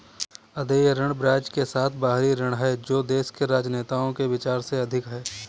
अदेय ऋण ब्याज के साथ बाहरी ऋण है जो देश के राजनेताओं के विचार से अधिक है